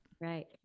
Right